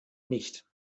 nicht